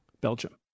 Belgium